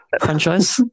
franchise